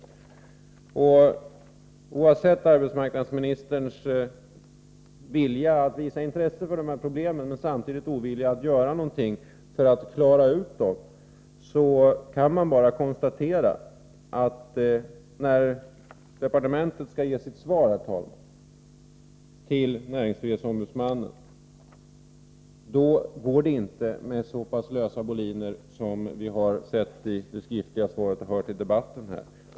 Bortsett från arbetsmarknadsministerns vilja att visa intresse för de här problemen men en samtidig ovilja att göra någonting för att klara ut dem, kan man bara konstatera att när departementet skall ge sitt svar till näringsfrihetsombudsmannen, går det inte att göra det på så lösa boliner som i det skriftliga svaret i dag och som vi hört exempel på i debatten.